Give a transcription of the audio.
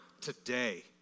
today